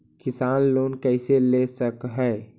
किसान लोन कैसे ले सक है?